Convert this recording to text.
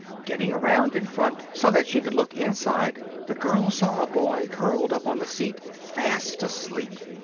getting around in front, so that she could look inside, the girl saw a boy curled up on the seat, fast asleep.